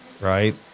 right